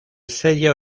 sello